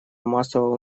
массового